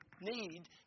need